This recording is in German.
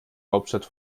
hauptstadt